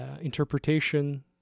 interpretation